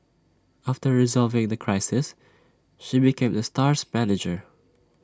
after resolving the crisis she became the star's manager